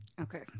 Okay